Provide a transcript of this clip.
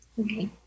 Okay